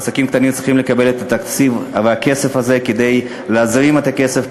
ועסקים קטנים צריכים לקבל את התקציב והכסף הזה כדי להזרים את הכסף,